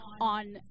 on